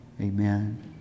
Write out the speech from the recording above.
Amen